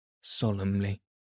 solemnly